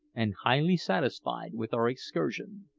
and highly satisfied with our excursion.